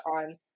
on